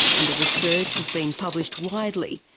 and their research has been published widely,